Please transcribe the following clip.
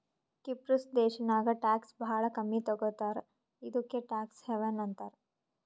ಕಿಪ್ರುಸ್ ದೇಶಾನಾಗ್ ಟ್ಯಾಕ್ಸ್ ಭಾಳ ಕಮ್ಮಿ ತಗೋತಾರ ಇದುಕೇ ಟ್ಯಾಕ್ಸ್ ಹೆವನ್ ಅಂತಾರ